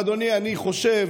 עכשיו, אדוני, אני חושב